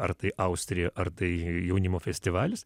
ar tai austrija ar tai jaunimo festivalis